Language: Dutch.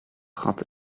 gat